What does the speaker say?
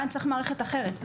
כאן צריך מערכת אחרת.